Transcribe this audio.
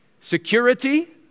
Security